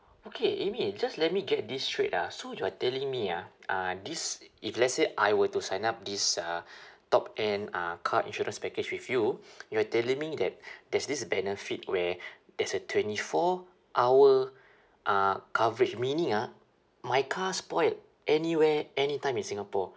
okay amy just let me get this straight ah so you're telling me ah uh this if let's say I were to sign up this uh top end uh car insurance package with you you're telling me that there's this benefit where there's a twenty four hour uh coverage meaning ah my car spoiled anywhere anytime in singapore